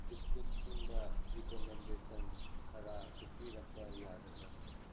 ꯕꯤꯁꯀꯨꯠꯁꯤꯡꯗ recommendation ꯈꯔ ꯎꯠꯄꯤꯔꯛꯄ ꯌꯥꯒꯗ꯭ꯔꯥ